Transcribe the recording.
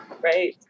Right